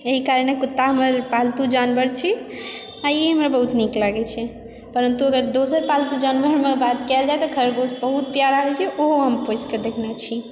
एहि कारणेँ कुत्ता हमर पालतू जानवर छी आओर ई हमरा बहुत नीक लागै छै परन्तु अगर दोसर पालतू जानवरमे बात कयल जाइ तऽ खरगोश बहुत प्यारा होइत छै ओहो हम पोसिकऽ देखने छी